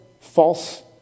false